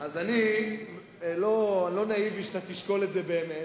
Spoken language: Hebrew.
אני לא נאיבי, שתשקול את זה באמת,